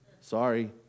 Sorry